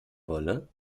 wolle